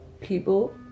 people